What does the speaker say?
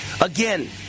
Again